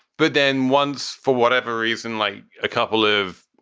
but then one's for whatever reason, like a couple live,